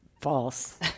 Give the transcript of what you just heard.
False